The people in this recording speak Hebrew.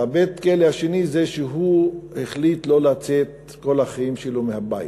ובית-הכלא השני זה שהוא החליט לא לצאת כל החיים שלו מהבית,